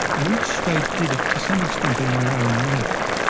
and each state did it to some extent in their own way.